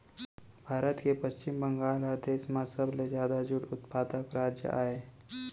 भारत के पस्चिम बंगाल ह देस म सबले जादा जूट उत्पादक राज अय